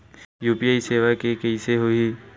UPI सेवा के कइसे होही?